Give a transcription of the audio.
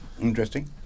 Interesting